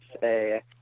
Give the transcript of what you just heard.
say